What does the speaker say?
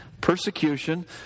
persecution